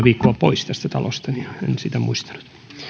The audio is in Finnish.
viikkoa poissa tästä talosta ja en sitä muistanut